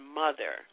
mother